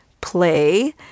play